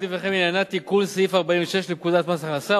לפניכם עניינה תיקון סעיף 46 לפקודת מס הכנסה,